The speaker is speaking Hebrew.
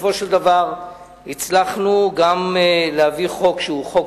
שבסופו של דבר הצלחנו גם להביא חוק שהוא חוק